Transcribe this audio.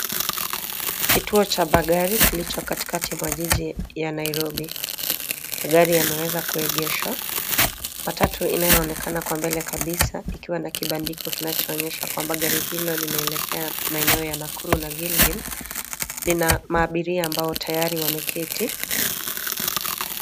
Kituo cha magari kilicho katikati mwa jiji ya Nairobi. Magari yameweza kuegeshwa. Matatu inayoonekana kwa mbele kabisa, ikiwa na kibandiko kinachoonyesha kuwa gari hilo linaelekea maeneo ya Nakuru na Gilgil, lina abiria ambao tayari wameketi.